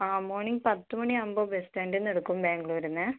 ആ മോർണിങ്ങ് പത്ത് മണിയാകുമ്പോൾ ബസ് സ്റ്റാൻഡിൽനിന്ന് എടുക്കും ബാംഗ്ളൂരിൽനിന്ന്